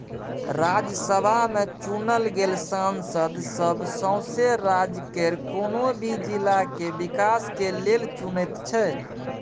राज्यसभा में चुनल गेल सांसद सब सौसें राज्य केर कुनु भी जिला के विकास के लेल चुनैत छै